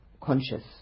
conscious